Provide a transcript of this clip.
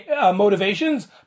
motivations